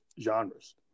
genres